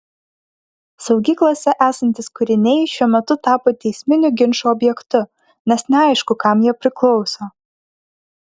saugyklose esantys kūriniai šiuo metu tapo teisminių ginčų objektu nes neaišku kam jie priklauso